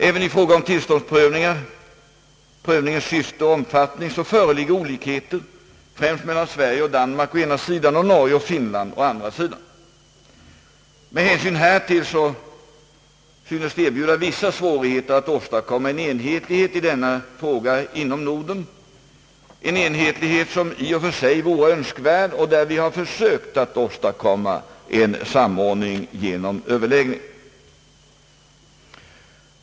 även i fråga om tillståndsprövningar — prövningens syfte och omfattning — föreligger olikheter, främst mellan Sverige och Danmark å ena sidan och Norge och Finland å andra sidan. Med hänsyn härtill synes det erbjuda vissa svårigheter att åstadkomma enhetlighet i denna fråga inom Norden, en enhetlighet som i och för sig vore önskvärd. Vi har försökt att åstadkomma en samordning genom överläggningar.